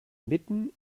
mitten